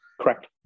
Correct